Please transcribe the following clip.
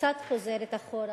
חוזרת קצת אחורה.